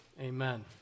Amen